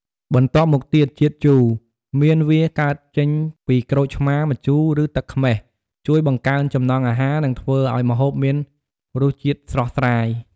បន្ទាប់មកទៀត ជាតិជូរ មានវាកើតចេញពីក្រូចឆ្មារ ម្ជូរ ឬទឹកខ្មេះ ជួយបង្កើនចំណង់អាហារ និងធ្វើឱ្យម្ហូបមានរសជាតិស្រស់ស្រាយ។